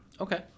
Okay